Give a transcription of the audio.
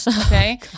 Okay